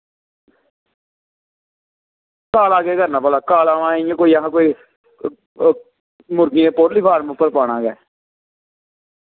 काला केह् करना भला काला कोई इयां अस कोई मुरगें दे पोल्ट्री फार्म उप्पर पाना केह्